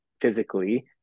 physically